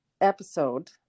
episode